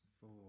four